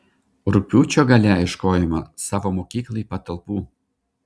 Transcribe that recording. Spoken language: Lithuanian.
rugpjūčio gale ieškojome savo mokyklai patalpų